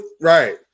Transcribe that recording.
Right